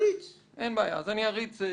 אין בעיה, אז אני אריץ.